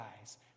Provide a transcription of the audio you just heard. eyes